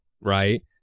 right